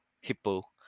hippo